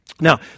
Now